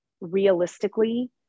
realistically